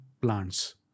plants